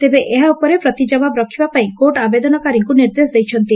ତେବେ ଏହା ଉପରେ ପ୍ରତି କବାବ ରଖିବା ପାଇଁ କୋର୍ଟ ଆବେଦନକାରୀଙ୍କୁ ନିର୍ଦ୍ଦେଶ ଦେଇଛନ୍ତି